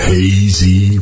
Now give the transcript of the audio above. Hazy